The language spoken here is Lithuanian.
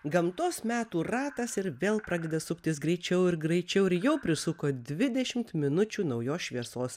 gamtos metų ratas ir vėl pradeda suktis greičiau ir greičiau ir jau prisuko dvidešimt minučių naujos šviesos